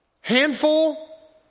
handful